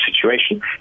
situation